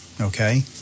okay